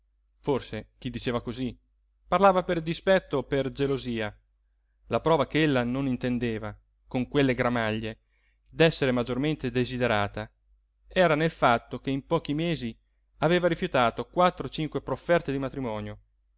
forse chi diceva cosí parlava per dispetto o per gelosia la prova ch'ella non intendeva con quelle gramaglie d'essere maggiormente desiderata era nel fatto che in pochi mesi aveva rifiutato quattro o cinque profferte di matrimonio